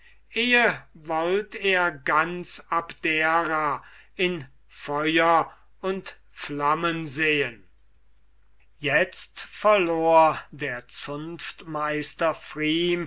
eh wollt er ganz abdera in feuer und flammen sehen itzt verlor der zunftmeister